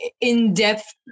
in-depth